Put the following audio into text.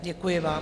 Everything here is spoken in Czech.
Děkuji vám.